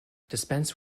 dispense